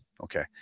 Okay